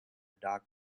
dark